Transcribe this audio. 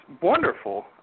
wonderful